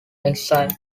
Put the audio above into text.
exile